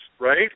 right